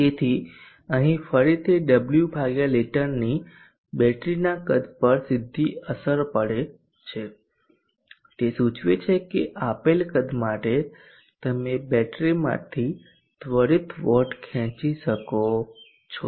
તેથી અહીં ફરીથી ડબલ્યુ લિટરની બેટરીના કદ પર સીધી અસર પડે છે તે સૂચવે છે કે આપેલ કદ માટે તમે બેટરીમાંથી ત્વરિત વોટ ખેંચી શકો છો